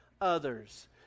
others